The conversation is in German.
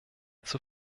zur